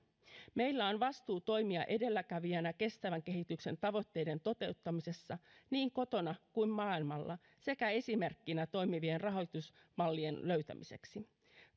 meillä on vastuu toimia edelläkävijänä kestävän kehityksen tavoitteiden toteuttamisessa niin kotona kuin maailmalla sekä esimerkkinä toimivien rahoitusmallien löytämiseksi